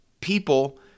people